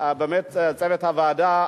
באמת צוות הוועדה,